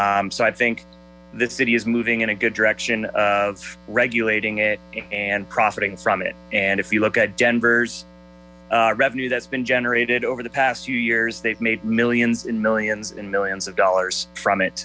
so i think the city is moving in a good direction of regulating it and profiting from it and if you look at denver's revenue that's been generated over the past few years they've made millions and millions and millions of dollars from it